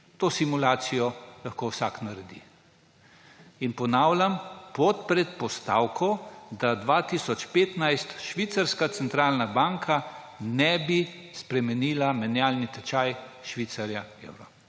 To simulacijo lahko vsak naredi. Ponavljam, pod predpostavko, da 2015 švicarska centralna banka ne bi spremenila menjalni tečaj švicarja : evra.